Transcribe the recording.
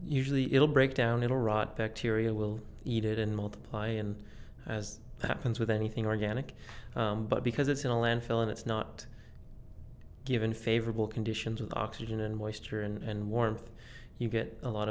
usually it'll break down in all rot bacteria will eat it and multiply and as happens with anything organic but because it's in a landfill and it's not given favorable conditions of oxygen and waster and warmth you get a lot